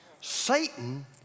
Satan